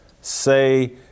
say